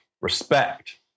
respect